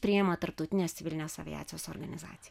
priima tarptautinės civilinės aviacijos organizacija